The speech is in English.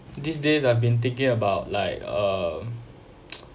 these days I've been thinking about like uh